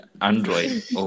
android